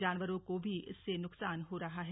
जानवरों को भी इससे नुकसान हो रहा है